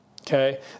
okay